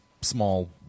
small